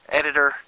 editor